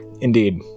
Indeed